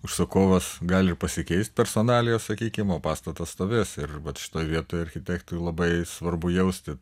užsakovas gali pasikeist personalijos sakykim o pastatas stovės ir vat šitoj vietoj architektui labai svarbu jausti